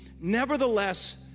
Nevertheless